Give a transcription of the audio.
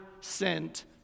sent